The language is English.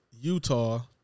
Utah